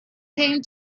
came